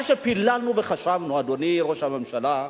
מה שפיללנו וחשבנו, אדוני ראש הממשלה,